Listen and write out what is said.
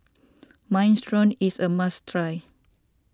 Minestrone is a must try